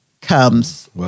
comes